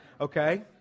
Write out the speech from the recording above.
okay